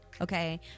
okay